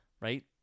right